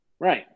Right